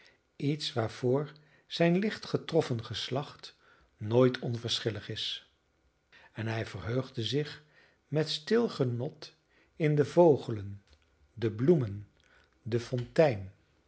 iets waarvoor zijn licht getroffen geslacht nooit onverschillig is en hij verheugde zich met stil genot in de vogelen de bloemen de fontein